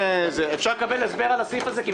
אפשר לקבל הסבר על הסעיף הזה?